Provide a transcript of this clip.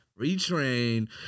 retrain